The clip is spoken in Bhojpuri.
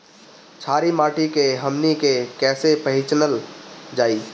छारी माटी के हमनी के कैसे पहिचनल जाइ?